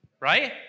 Right